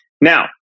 Now